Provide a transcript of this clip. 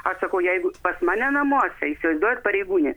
aš sakau jeigu pas mane namuose įsivaizduojat pareigūnė